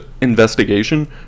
investigation